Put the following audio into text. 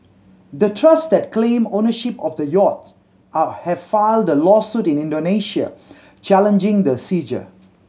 the trusts that claim ownership of the yacht all have filed a lawsuit in Indonesia challenging the seizure